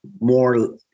more